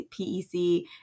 PEC